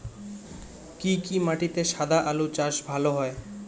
কি কি মাটিতে সাদা আলু চাষ ভালো হয়?